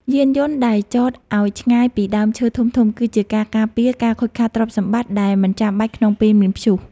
យានយន្តដែលចតឱ្យឆ្ងាយពីដើមឈើធំៗ គឺជាការការពារការខូចខាតទ្រព្យសម្បត្តិដែលមិនចាំបាច់ក្នុងពេលមានព្យុះ។